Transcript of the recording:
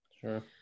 Sure